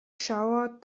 showered